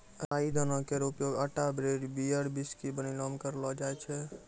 राई दाना केरो उपयोग आटा ब्रेड, बियर, व्हिस्की बनैला म करलो जाय छै